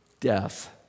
Death